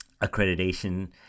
accreditation